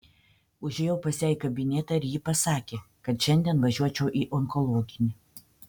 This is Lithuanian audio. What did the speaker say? užėjau pas ją į kabinetą ir ji pasakė kad šiandien važiuočiau į onkologinį